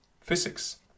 physics